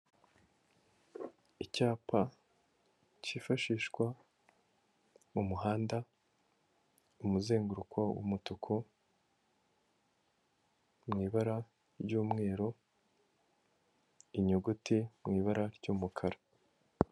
Icyapa cyifashishwa mu muhanda, umuzenguruko w'umutuku, mu ibara ry'umweru, inyuguti mu ibara ry'umukara.